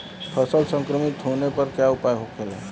फसल संक्रमित होने पर क्या उपाय होखेला?